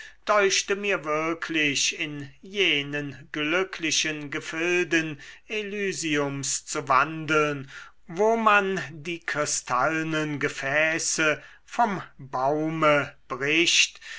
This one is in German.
deuchte mir wirklich in jenen glücklichen gefilden elysiums zu wandeln wo man die kristallnen gefäße vom baume wo bricht